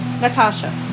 Natasha